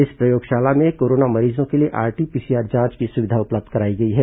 इस प्रयोगशाला में कोरोना मरीजों के लिए आरटी पीसीआर जांच की सुविधा उपलब्ध कराई गई है